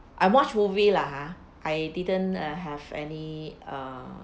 I watch movie lah ha I didn't uh have any err